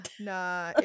Nah